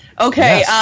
okay